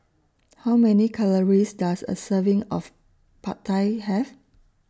How Many Calories Does A Serving of Pad Thai Have